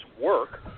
work